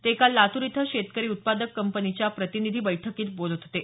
ते काल लातूर इथं शेतकरी उत्पादक कंपनीच्या प्रतिनिधी बैठकीत बोलत होते